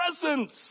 presence